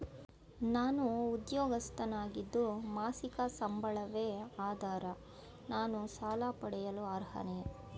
ನಾನು ಉದ್ಯೋಗಸ್ಥನಾಗಿದ್ದು ಮಾಸಿಕ ಸಂಬಳವೇ ಆಧಾರ ನಾನು ಸಾಲ ಪಡೆಯಲು ಅರ್ಹನೇ?